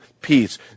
peace